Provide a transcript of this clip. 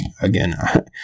again